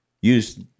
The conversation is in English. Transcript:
use